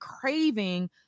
craving